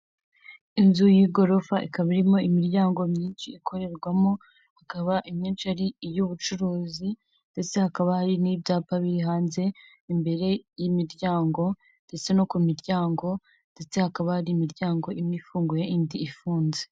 Inzu y'igorofa ikaba irimo imiryango myinshi ikorerwamo, ikaba imyinshi ari iy'ubucuruzi ndetse hakaba hari n'ibyapa biri hanze, imbere y'imiryango ndetse no ku miryango ndetse hakaba hari imiryango imwe ifunguye indi ifunze.